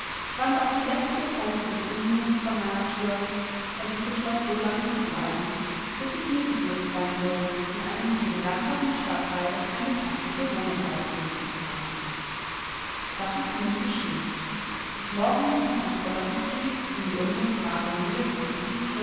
schwand auch die letzte falte des unmuts von meiner stirn und ich beschloß so lange zu bleiben bis es mir geglückt sein würde in einem eleganteren stadtteil eine paßliche wohnung ausfindig zu machen das ist nun geschehn morgen zieh ich nach burton street in die unmittelbare nähe von